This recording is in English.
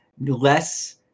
less